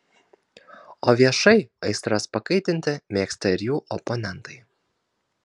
o viešai aistras pakaitinti mėgsta ir jų oponentai